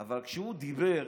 אבל כשהוא דיבר,